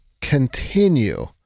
continue